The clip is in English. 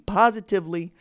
positively